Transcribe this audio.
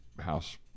house